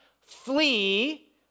flee